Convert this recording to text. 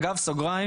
אגב, בסוגריים